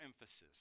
emphasis